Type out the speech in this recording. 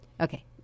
Okay